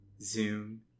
zoom